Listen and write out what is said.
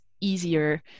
easier